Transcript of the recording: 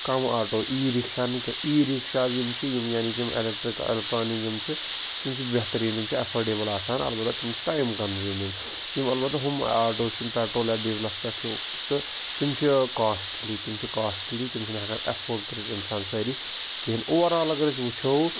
کَم auto e rickshaw نہٕ کینٛہہ ای رِکشاز یِم چھِ یِم یعنی کہِ یِم اٮ۪لٮ۪کٹِرٛک اٮ۪لکٹرٛانِک یِم چھِ تِم چھِ بہتریٖن تِم چھِ ایفٲڈیبٕل آسان البتہ تِم چھِ ٹایِم کَنزیٛوٗمِنٛگ یِم البتہ ہُم آٹوز چھِ یِم پٮ۪ٹرول یا ڈیٖزلَس پٮ۪ٹھ چھِ تہٕ تِم چھِ کاسٹلی تِم چھِ کاسٹلی تِم چھِنہٕ ہٮ۪کان ایٚفٲڈ کٔرِتھ اِنسان سٲری کِہیٖنۍ اوٚوَرآل اگر أسۍ وٕچھو